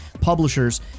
publishers